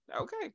Okay